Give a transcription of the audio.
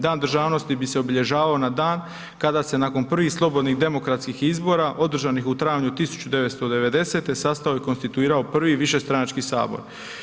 Dan državnosti bi se obilježavao na dan kada se nakon 1 slobodnih demokratskih izbora održanih u travnju 1990. sastao i konstituirao prvi višestranački Sabor.